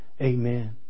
Amen